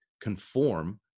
conform